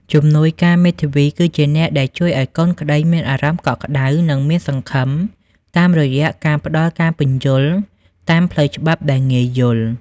ជំនួយការមេធាវីគឺជាអ្នកដែលជួយឱ្យកូនក្តីមានអារម្មណ៍កក់ក្តៅ និងមានសង្ឃឹម តាមរយៈការផ្តល់ការពន្យល់តាមផ្លូវច្បាប់ដែលងាយយល់។